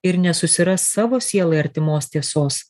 ir nesusiras savo sielai artimos tiesos